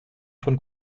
von